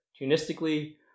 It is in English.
tunistically